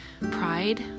pride